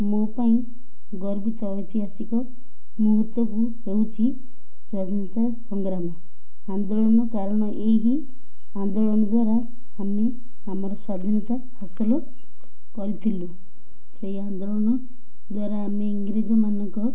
ମୋ ପାଇଁ ଗର୍ବିତ ଐତିହାସିକ ମୁହୂର୍ତ୍ତକୁ ହେଉଛି ସ୍ୱାଧୀନତା ସଂଗ୍ରାମ ଆନ୍ଦୋଳନ କାରଣ ଏହି ଆନ୍ଦୋଳନ ଦ୍ୱାରା ଆମେ ଆମର ସ୍ୱାଧୀନତା ହାସଲ କରିଥିଲୁ ସେହି ଆନ୍ଦୋଳନ ଦ୍ୱାରା ଆମେ ଇଂରେଜମାନଙ୍କ